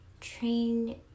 train